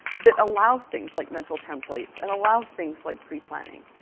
that allow things like mental templates and allow things like pre-planning.